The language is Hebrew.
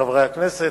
חברי הכנסת,